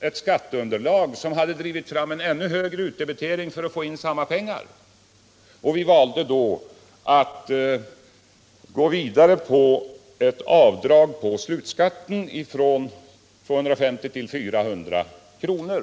ett skatteunderlag, och det skulle ha drivit fram en ännu högre utdebitering för att kommunerna skulle få in samma skattebelopp. Vi valde då i stället att gå vidare genom att höja avdraget på slutskatten från 250 till 400 kr.